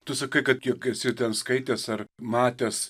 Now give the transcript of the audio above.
tu sakai kad jog esi ten skaitęs ar matęs